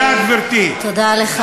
גמרת עם כל הממשלה, הגעת אלינו?